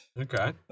Okay